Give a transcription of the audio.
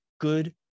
good